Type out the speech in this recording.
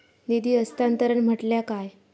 निधी हस्तांतरण म्हटल्या काय?